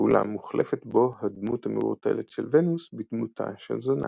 ואולם מוחלפת בו הדמות המעורטלת של ונוס בדמותה של זונה.